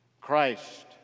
Christ